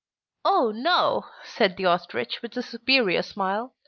oh no, said the ostrich, with a superior smile,